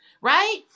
right